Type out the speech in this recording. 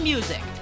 Music